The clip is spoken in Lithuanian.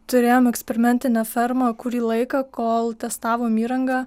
turėjom eksperimentinę fermą kurį laiką kol testavom įrangą